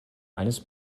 eines